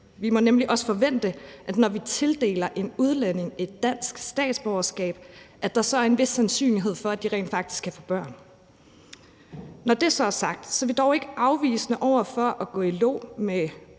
Vi må nemlig også forvente, når vi tildeler en udlænding et dansk statsborgerskab, at der så rent faktisk er en vis sandsynlighed for, at de kan få børn. Når det så er sagt, er vi dog ikke afvisende over for at gå i dialog med